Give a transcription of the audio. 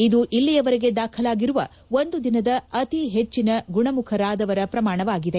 ಇದು ಇಲ್ಲಿಯವರೆಗೆ ದಾಖಲಾಗಿರುವ ಒಂದು ದಿನದ ಅತಿ ಹೆಚ್ಚಿನ ಗುಣಮುಖರಾದ ಪ್ರಮಾಣವಾಗಿದೆ